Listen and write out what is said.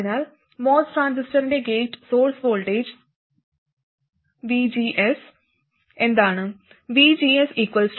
അതിനാൽ MOS ട്രാൻസിസ്റ്ററിന്റെ gate source voltage vgs എന്താണ് vgs VTEST 0 VTEST